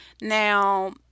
Now